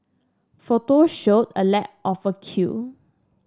photos showed a lack of a queue